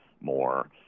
more